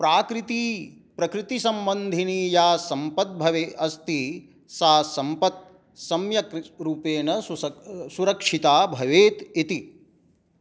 प्राकृति प्रकृतिसम्बन्धिनी या सम्पद् भवे अस्ति सा सम्पद् सम्यक् रूपेण सुसक्ष् सुरक्षिता भवेत् इति